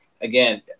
again